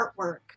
artwork